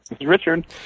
Richard